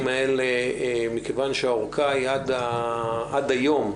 מכיוון שהארכה היא עד היום,